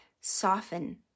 soften